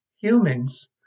Humans